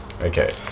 Okay